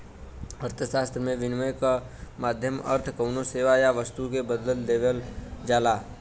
अर्थशास्त्र में, विनिमय क माध्यम क अर्थ कउनो सेवा या वस्तु के बदले देवल जाला